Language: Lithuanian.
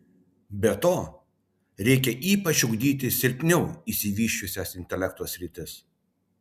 be to reikia ypač ugdyti silpniau išsivysčiusias intelekto sritis